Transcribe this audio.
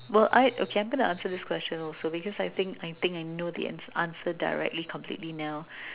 well I okay I'm going to answer this question also because I think I think I know the an answer directly completely now